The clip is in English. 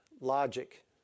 logic